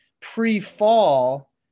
pre-fall